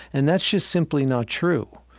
and that's just simply not true